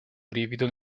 brivido